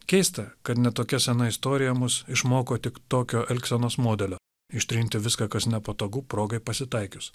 keista kad ne tokia sena istorija mus išmoko tik tokio elgsenos modelio ištrinti viską kas nepatogu progai pasitaikius